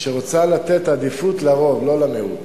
שרוצה לתת עדיפות לרוב, לא למיעוט.